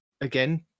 again